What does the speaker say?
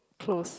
close